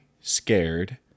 scared